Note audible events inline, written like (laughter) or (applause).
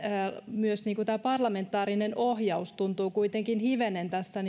niin tämä parlamentaarinen ohjaus tuntuu kuitenkin hivenen tässä (unintelligible)